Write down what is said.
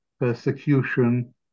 persecution